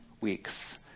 weeks